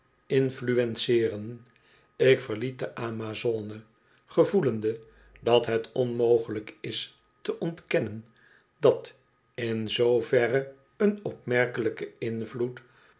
en ik verliet de amazone gevoelende dat het onmogelijk is te ontkennen dat in zooverre een opmerkelijke invloed